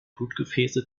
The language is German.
blutgefäße